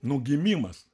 nu gimimas